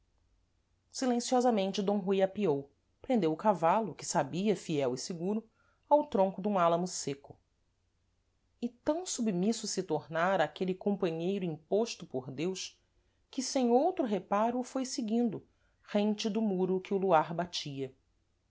silenciosamente d rui apeou prendeu o cavalo que sabia fiel e seguro ao tronco dum álamo sêco e tam submisso se tornara àquele companheiro imposto por deus que sem outro reparo o foi seguindo rente do muro que o luar batia